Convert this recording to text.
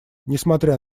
несмотря